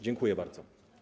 Dziękuję bardzo.